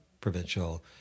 provincial